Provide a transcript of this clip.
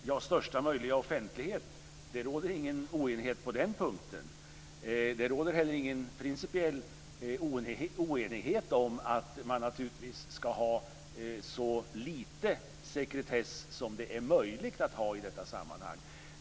Fru talman! Det råder ingen oenighet om att vi vill ha största möjliga offentlighet. Det råder heller ingen principiell oenighet om att man naturligtvis ska ha så lite sekretess som möjligt i detta sammanhang.